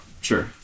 Sure